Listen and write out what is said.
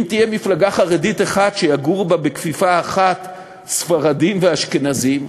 אם תהיה מפלגה חרדית אחת שיגורו בה בכפיפה אחת ספרדים ואשכנזים,